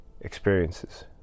experiences